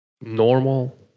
normal